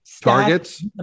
targets